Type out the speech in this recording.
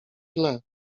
źle